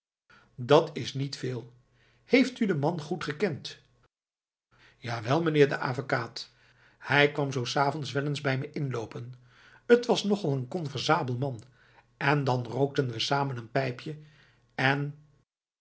dat is niet veel heeft u den man goed gekend jawel meneer de avekaat hij kwam zoo s avonds wel eens bij me inloopen t was nogal een conversabel man en dan rookten we samen een pijpje en